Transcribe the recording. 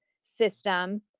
system